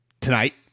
tonight